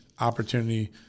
opportunity